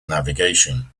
navigation